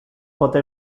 pote